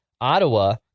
Ottawa